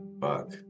Fuck